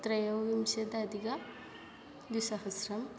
त्रयोविंशत्यधिक द्विसहस्रम्